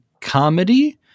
comedy